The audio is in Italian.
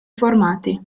formati